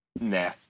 nah